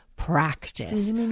practice